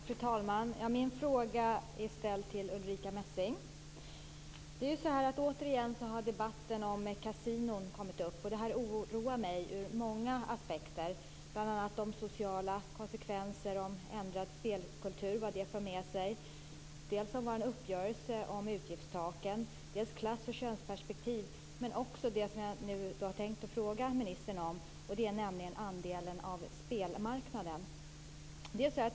Fru talman! Jag vill ställa min fråga till Ulrica Återigen har debatten om kasinon kommit upp. Detta ororar mig ur många aspekter - bl.a. de sociala konsekvenser en ändrad spelkultur för med sig, vår uppgörelse om utgiftstaken, klass och könsperspektivet, samt det jag hade tänkt fråga ministern om, nämligen andelen av spelmarknaden.